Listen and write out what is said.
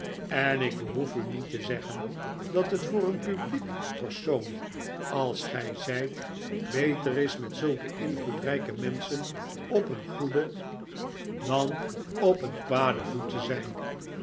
en ik behoefu niet te zeggen dat het voor een publiek persoon als gij zijt beter is met zulke invloedrijke menschen op een goeden dan op een kwaden voet te zijn